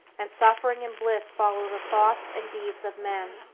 and suffering and bliss follow the thoughts and deeds of men.